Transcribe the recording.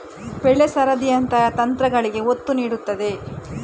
ಬೆಳೆ ಸರದಿಯಂತಹ ತಂತ್ರಗಳಿಗೆ ಒತ್ತು ನೀಡುತ್ತದೆ